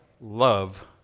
love